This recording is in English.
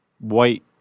white